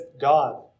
God